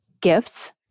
gifts